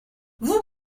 vous